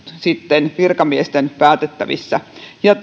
sitten virkamiesten päätettävissä ja